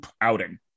outing